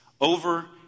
Over